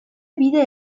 bide